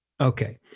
Okay